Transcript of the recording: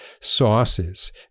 sauces